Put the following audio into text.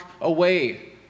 away